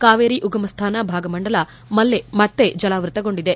ಕಾವೇರಿ ಉಗಮಸ್ಥಾನ ಭಾಗಮಂಡಲ ಮತ್ತೆ ಜಲಾವೃತಗೊಂಡಿದೆ